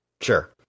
Sure